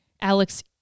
Alex